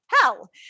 hell